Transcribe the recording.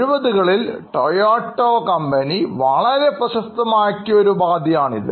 70 കളിൽ ടൊയോട്ടോ വളരെ പ്രശസ്തമാക്കിയ ഒരു ഉപാധിയാണ് ഇത്